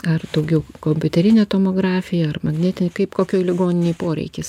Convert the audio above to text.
ar daugiau kompiuterinė tomografija ar magnetinė kaip kokioj ligoninėj poreikis